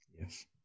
Yes